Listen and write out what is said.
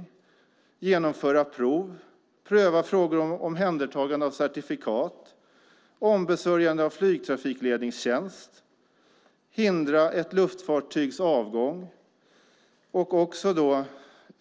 Enskilda kan också genomföra prov, pröva frågor om omhändertagande av certifikat, ombesörja flygtrafikledningstjänst, hindra ett luftfartygs avgång och också utföra